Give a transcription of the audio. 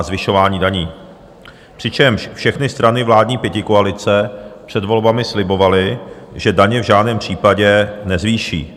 To znamená zvyšování daní, přičemž všechny strany vládní pětikoalice před volbami slibovaly, že daně v žádném případě nezvýší.